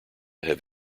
have